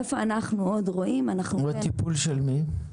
איפה אנחנו עוד רואים -- בטיפול של מי?